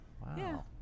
Wow